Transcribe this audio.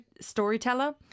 storyteller